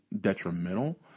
detrimental